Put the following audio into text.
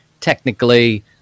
Technically